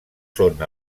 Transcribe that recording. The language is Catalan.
són